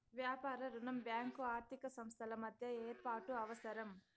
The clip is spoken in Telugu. వ్యాపార రుణం బ్యాంకు ఆర్థిక సంస్థల మధ్య ఏర్పాటు అవసరం